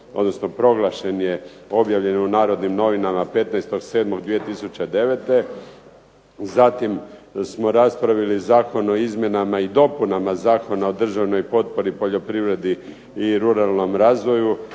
odnosno proglašen je, objavljen je u "Narodnim novinama" 15.7.2009. Zatim smo raspravili Zakon o izmjenama i dopunama Zakona o državnoj potpori poljoprivredi i ruralnom razvoju